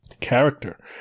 character